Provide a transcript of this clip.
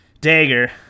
dagger